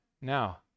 Now